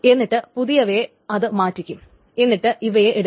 എന്നിട്ട് പുതിയവയെ അത് മാറ്റിക്കും എന്നിട്ട് ഇവയെ എടുക്കും